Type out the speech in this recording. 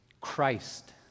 Christ